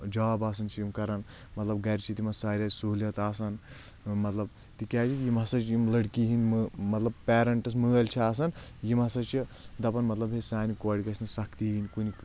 job آسان چھِ یِم کران مطلب گرِ چھِ تِمن ساروی سہوٗلیت آسان مطلب تِکیازِ یِم ہسا چھِ یِم لٔڑکی ہٕنٛدۍ مطلب پیرنٹس مٲلۍ چھِ آسان یِم ہسا چھِ دَپان مطلب ہے سانہِ کورِ گژھِ نہٕ سختی ہِنٛدۍ کُنہِ